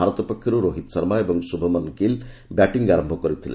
ଭାରତ ପକ୍ଷରୁ ରୋହିତ ଶର୍ମା ଏବଂ ସୁଭମନ ଗିଲ୍ ବ୍ୟାଟିଂ ଆରମ୍ଭ କରିଥିଲେ